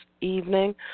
evening